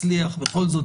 אני לא